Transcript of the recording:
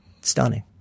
stunning